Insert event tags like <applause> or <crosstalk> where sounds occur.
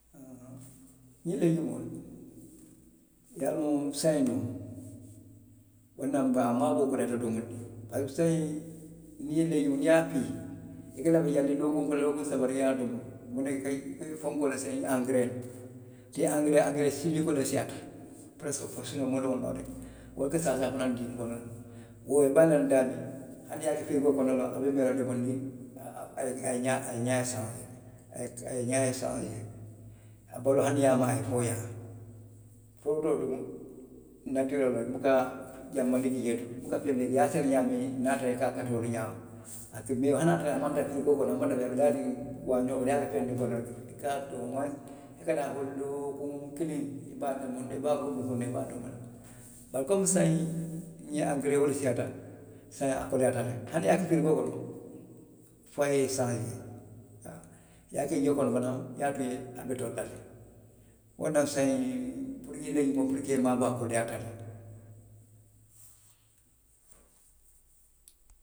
Ňiŋ leegumoolui ye a loŋ saayiŋ noŋ, wolaŋ na a maaboo koleyaata domondiŋ. Saayiŋ, leegumoo niŋ iye a fii, i ka lafi le lookuŋ fula lookuŋ saba, i ye a domo. Muŋ na i ka fenkoo le saŋ ňiŋ angereelu. Te angeree, angeree simikoo le siiyaata peresiko <unintelligible> wolu ka saasaa fanaŋ dii moolu la le. Wo i be a laandi la daamiŋ, hani i ye a ke firgoo kono, loŋ, a be mee la domondiŋ, a, a a ňaa, a ňaa ye sansee, a ňaa ye sansee. Folooto duŋ, natireloo loŋ, i buka janbandi ki jee to; i buka feŋ ki jee. I ye a sene ňaamiŋ, niŋ a menta i ka a kati wo le ňaama. A se mee, hani a ye a tara maŋ tara firigoo kono. walla a be laariŋ waaňee kono, i ye a ka fendiŋ kono reki, i ka oo mowensi, i ka taa foo lookuŋ kiliŋ i be a domo, i be a kuntuŋ kuntuŋ na, i be a domo la. Bari komi saayiŋ, ňiŋ angaree wo le siiyaata, saayiŋ a koleyaata le. Hani ye a ke firigoo kono, fo a ye sansee, haa. I ye a ke jio kono, walla i ye a ke <unintelligible> kaŋ teŋ, wolaŋ na saayiŋ ňiŋ, puru ňiw leegumoolu puru kaa i maaboo, a koleyaata. le